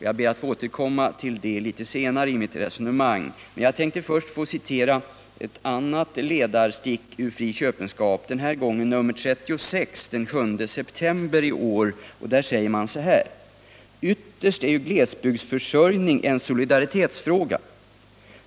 Jag ber att få återkomma till detta litet senare i mitt resonemang, men jag vill först fortsätta att citera ett annat ledarstick ur tidningen Fri Köpenskap. Det är hämtat ur nr 36 från den 7 september i år. ”Ytterst är ju glesbygdsförsörjningen en solidaritetsfråga.